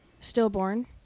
stillborn